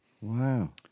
Wow